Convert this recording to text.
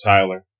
Tyler